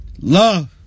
Love